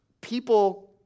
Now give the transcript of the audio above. people